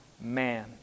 man